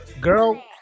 Girl